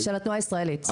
של התנועה הישראלית.